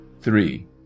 three